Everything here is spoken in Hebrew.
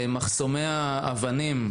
מחסומי האבנים,